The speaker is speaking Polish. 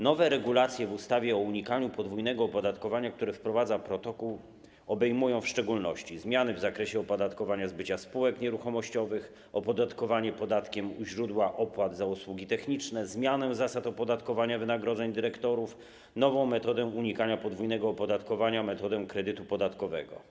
Nowe regulacje w ustawie o unikaniu podwójnego opodatkowania, które wprowadza protokół, obejmują w szczególności: zmiany w zakresie opodatkowania zbycia spółek nieruchomościowych, opodatkowanie podatkiem źródła opłat za usługi techniczne, zmianę zasad opodatkowania wynagrodzeń dyrektorów, nową metodę unikania podwójnego opodatkowania, metodę kredytu podatkowego.